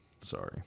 Sorry